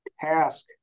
task